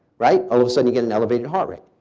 right. all of a sudden you get an elevated heart rate.